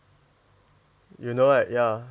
you know right ya